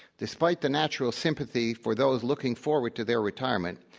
despite the natural sympathy for those looking forward to their retirement,